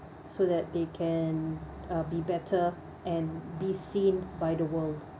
so that they can uh be better and be seen by the world